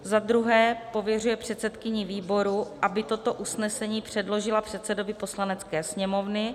II. pověřuje předsedkyni výboru, aby toto usnesení předložila předsedovi Poslanecké sněmovny;